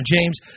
James